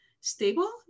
stable